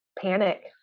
panic